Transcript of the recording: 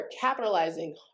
capitalizing –